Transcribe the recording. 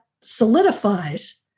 solidifies